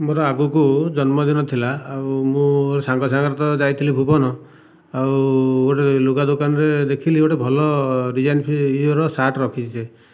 ମୋର ଆଗକୁ ଜନ୍ମଦିନ ଥିଲା ଆଉ ମୁଁ ସାଙ୍ଗ ସାଙ୍ଗରେ ତ ଯାଇଥିଲି ଭୁବନ ଆଉ ଗୋଟିଏ ଲୁଗା ଦୋକାନରେ ଦେଖିଲି ଗୋଟିଏ ଭଲ ଡିଜାଇନ୍ ଫି ୟେର ସାର୍ଟ ରଖିଛି ସେ